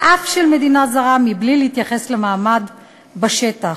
של מדינה זרה, בלי להתייחס למעמד בשטח.